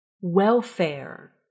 welfare